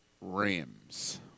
Rams